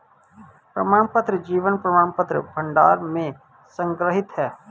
प्रमाणपत्र जीवन प्रमाणपत्र भंडार में संग्रहीत हैं